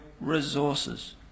resources